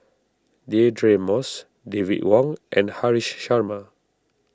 Deirdre Moss David Wong and Haresh Sharma